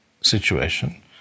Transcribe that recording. situation